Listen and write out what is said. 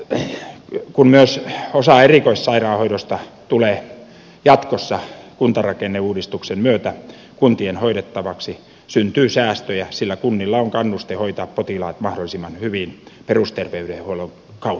kun myös osa erikoissairaanhoidoista tulee jatkossa kuntarakenneuudistuksen myötä kuntien hoidettavaksi syntyy säästöjä sillä kunnilla on kannuste hoitaa potilaat mahdollisimman hyvin perusterveydenhuollon kautta tuolloin